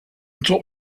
top